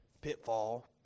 pitfall